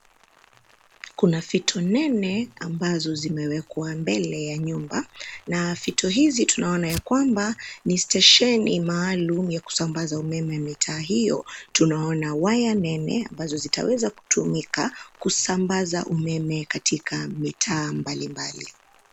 Kuna fito nene ambazo zimewekwa mbele ya nyumba, na fito hizi tunaona ya kwamba, ni stesheni maalumu ya kusambaza umeme mitaa hiyo. Tunaona waya nene ambazo zitaweza kutumika kusambaza umeme katika mitaa mbalimbali.